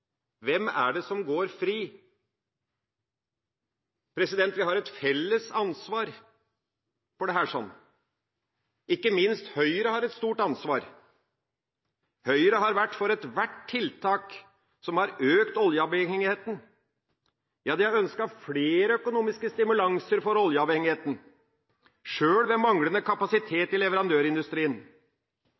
Hvem er det som går fri? Vi har et felles ansvar for dette, ikke minst Høyre har et stort ansvar. Høyre har vært for ethvert tiltak som har økt oljeavhengigheten. De har ønsket flere økonomiske stimulanser for oljeavhengigheten, sjøl med manglende kapasitet i leverandørindustrien.